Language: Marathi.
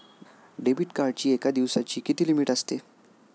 डेबिट कार्डची एका दिवसाची किती लिमिट असते?